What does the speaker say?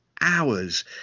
Hours